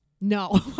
No